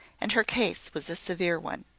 and her case was a severe one.